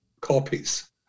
copies